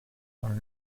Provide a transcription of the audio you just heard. are